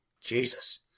Jesus